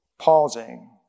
pausing